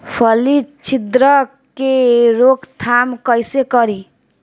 फली छिद्रक के रोकथाम कईसे करी?